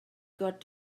got